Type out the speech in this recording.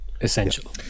essential